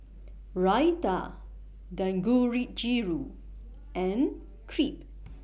Raita and Crepe